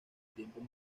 tiempos